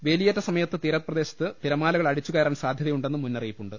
വേലിയേറ്റ സമയത്ത് തീരപ്രദേശത്ത് തിരമാലകൾ അടിച്ചുകയ റാൻ സാധ്യതയുണ്ടെന്ന് മുന്നറിയിപ്പുണ്ട്